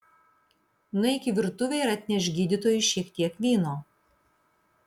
nueik į virtuvę ir atnešk gydytojui šiek tiek vyno